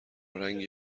رنگی